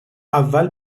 اول